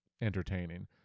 entertaining